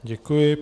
Děkuji.